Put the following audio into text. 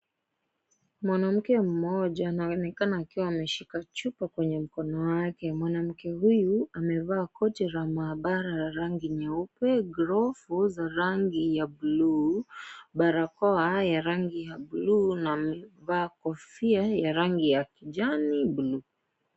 Mwanamke mmoja anaonekana akiwa ameshika chupa kwenye mkono wake. Mwanamke huyu amevaa koti la maabara lenye rangi nyeupe, glovu za rangi ya bluu, barakoa ya rangi ya bluu na amevaa kofia ya rangi ya kijani bluu.